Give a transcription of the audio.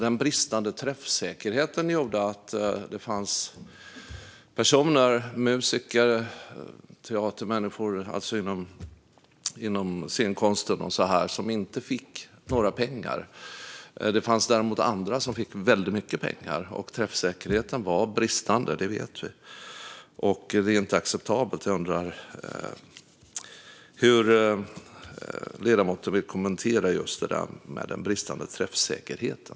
Den bristande träffsäkerheten gjorde att det fanns personer, musiker, teatermänniskor inom scenkonsten och så vidare, som inte fick några pengar. Däremot fanns det andra som fick väldigt mycket pengar. Träffsäkerheten var bristande; det vet vi. Det är inte acceptabelt. Jag undrar hur ledamoten vill kommentera just den bristande träffsäkerheten.